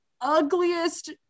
ugliest